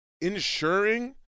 ensuring